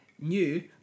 new